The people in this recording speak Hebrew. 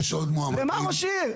למה ראש עיר?